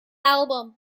album